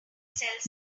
sells